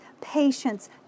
patience